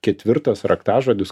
ketvirtas raktažodis